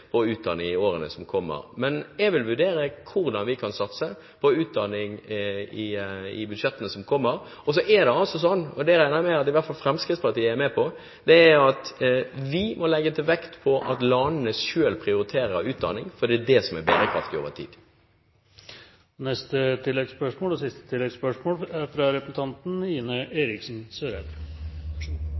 utdanning i årene som kommer. Men jeg vil vurdere hvordan vi i budsjettene som kommer, kan satse på utdanning. Og det er sånn – og det regner jeg med at i hvert fall Fremskrittspartiet er med på – at vi må legge vekt på at landene selv prioriterer utdanning, for det er det som er bærekraftig over tid. Ine M. Eriksen Søreide – til oppfølgingsspørsmål. Det er